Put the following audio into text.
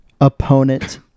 opponent